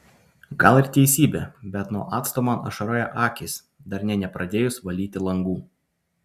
gal ir teisybė bet nuo acto man ašaroja akys dar nė nepradėjus valyti langų